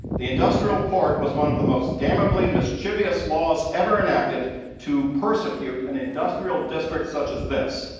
the industrial court was one of the most damnably mischievous laws ever enacted to persecute an industrial district such as this,